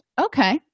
okay